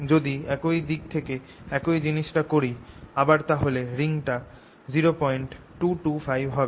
যদি একই দিক থেকে একই জিনিসটা করি আবার তাহলে রিডিংটা 0225 হবে